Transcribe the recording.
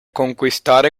conquistare